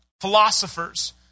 Philosophers